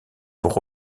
pour